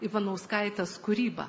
ivanauskaitės kūrybą